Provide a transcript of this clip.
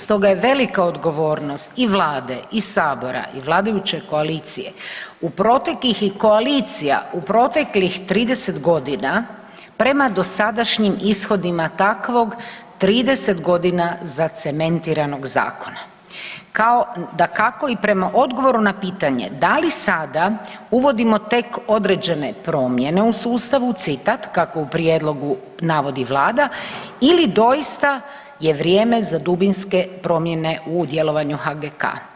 Stoga je velika odgovornost i Vlade i Sabora i vladajuće koalicije i koalicija u proteklih 30 godina prema dosadašnjim ishodima takvog 30 godina zacementiranog zakona, kao dakako i prema odgovoru na pitanje da li sada uvodimo tek određene promjene u sustavu citat „kako u prijedlogu navodi Vlada ili doista je vrijeme za dubinske promjene u djelovanju HGK“